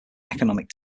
economic